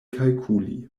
kalkuli